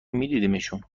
میدیدمشون